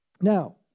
Now